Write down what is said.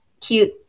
cute